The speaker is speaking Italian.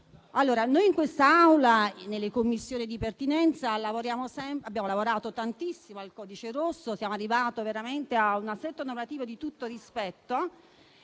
Allora, noi in quest'Aula e nelle Commissioni di pertinenza abbiamo lavorato tantissimo al codice rosso, siamo arrivati a un assetto normativo di tutto rispetto